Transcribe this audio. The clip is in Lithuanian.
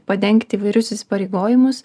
padengti įvairius įsipareigojimus